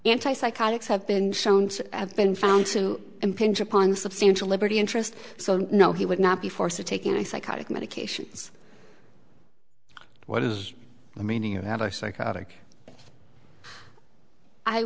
anti psychotics have been shown to have been found to impinge upon a substantial liberty interest so no he would not be forced to take any psychotic medications what is the meaning of